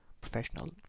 professional